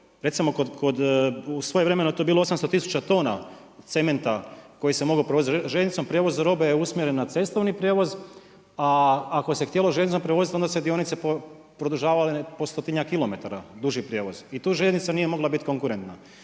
recimo kod svojevremeno je to bilo 800 tisuća tona cementa koji se mogao provest željeznicom, prijevoz robe je usmjeren na cestovni prijevoz, a ako se htjelo željeznicom prevoziti onda su se dionice produžavale po stotinjak kilometara duži prijevoz i tu željeznica nije mogla biti konkurentna.